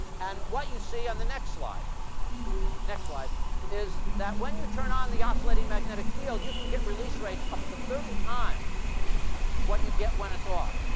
and what you see on the next slide next slide is that when you turn on the oscillating magnetic field, you can get release rates up to thirty times what you get when it's off.